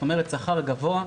זאת אומרת שכר גבוה,